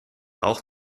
auch